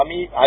आम्ही आय